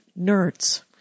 nerds